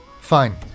Fine